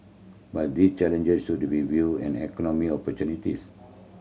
but these challenges should be viewed and economic opportunities